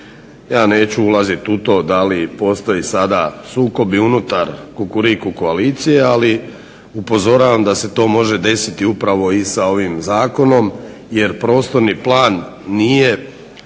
Ja neću ulaziti u to da li postoji sada sukob i unutar kukuriku koalicije, ali upozoravam da se to može desiti upravo i sa ovim zakonom jer prostorni plan nije